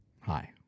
Hi